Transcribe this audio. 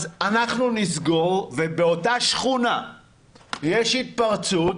ובאותה שכונה יש התפרצות,